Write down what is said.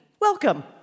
Welcome